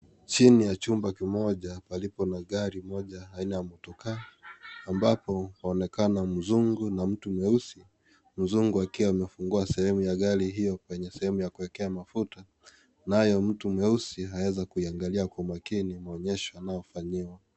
Chini ya chumba kimoja palipo na gari moja aina ya motor car , ambapo paonekana mzungu na mtu mweusi, mzungu akiwa amefungua sehemu ya gari hiyo penye sehemu ya kuweka mafuta, naye mtu mweusi aweza kuiangalia kwa makini maonyesho anayofanyiwa.